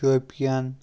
Shopian